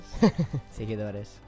Seguidores